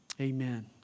Amen